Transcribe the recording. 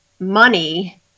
money